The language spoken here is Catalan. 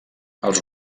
els